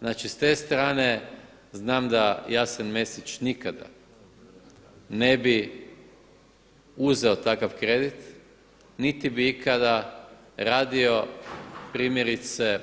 Znači s te strane znam da Jasen Mesić nikada ne bi uzeo takav kredit niti bi ikada radio primjerice